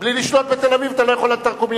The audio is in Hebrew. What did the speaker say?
בלי לשלוט בתל-אביב אתה לא יכול עד תרקומיא.